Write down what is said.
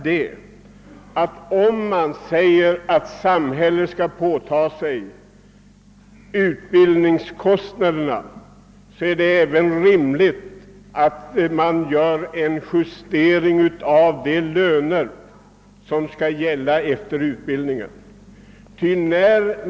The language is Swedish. Men om man säger att samhället skall bestrida kostnaderna för utbildning är det också rimligt, att man gör en justering av de löner som skall gälla efter utbildningen.